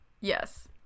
Yes